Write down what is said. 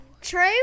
True